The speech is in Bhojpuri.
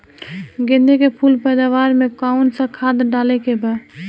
गेदे के फूल पैदवार मे काउन् सा खाद डाले के बा?